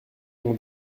mon